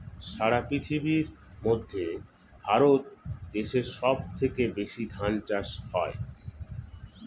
সারা পৃথিবীর মধ্যে ভারত দেশে সব থেকে বেশি ধান চাষ হয়